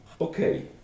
okay